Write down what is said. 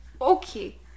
Okay